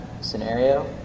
scenario